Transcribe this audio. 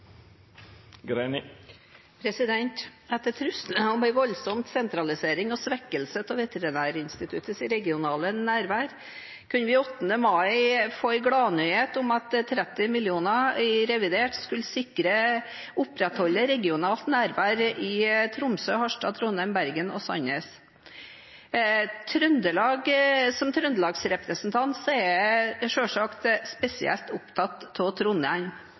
ha. Etter trusler om en voldsom sentralisering og svekkelse av Veterinærinstituttets regionale nærvær kunne vi 8. mai få gladnyheten om at 30 mill. kr i revidert skulle sikre opprettholdelse av regionalt nærvær i Tromsø, Harstad, Trondheim, Bergen og Sandnes. Som trøndelagsrepresentant er jeg selvsagt spesielt opptatt av Trondheim,